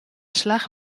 slach